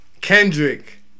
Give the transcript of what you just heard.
Kendrick